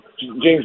James